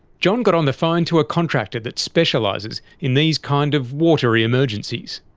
john got on the phone to a contractor that specialises in these kind of watery emergencies.